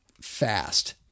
fast